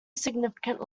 significant